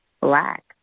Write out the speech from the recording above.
black